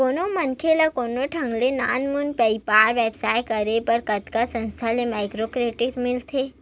कोनो मनखे ल कोनो ढंग ले नानमुन बइपार बेवसाय करे बर कतको संस्था ले माइक्रो क्रेडिट मिलथे